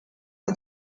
for